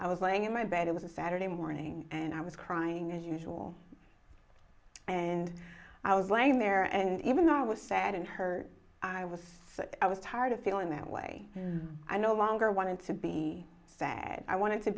i was laying in my bed it was a saturday morning and i was crying as usual and i was laying there and even though i was sad and hurt i was so i was tired of feeling that way i no longer wanted to be sad i wanted to